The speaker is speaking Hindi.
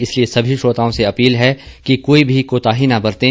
इसलिए सभी श्रोताओं से अपील है कि कोई भी कोताही न बरतें